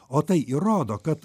o tai įrodo kad